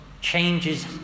changes